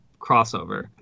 crossover